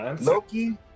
Loki